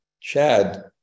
Chad